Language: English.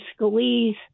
Scalise